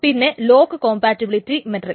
പിന്നെ lock compatibility matrix